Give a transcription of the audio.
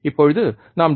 இப்போது நாம் டி